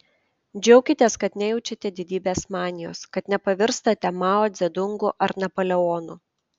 džiaukitės kad nejaučiate didybės manijos kad nepavirstate mao dzedungu ar napoleonu